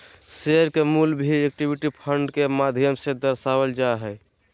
share के मूल्य भी इक्विटी फंड के माध्यम से दर्शावल जा हय